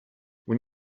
when